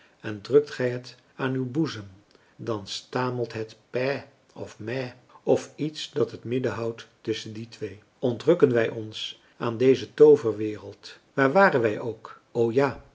en drukt gij het aan uw boezem dan stamelt het pè of mè of iets dat het midden houdt tusschen die twee ontrukken wij ons aan deze tooverwereld waar waren wij ook o ja